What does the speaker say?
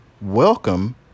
Welcome